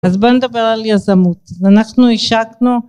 אז בוא נדבר על יזמות אנחנו השקנו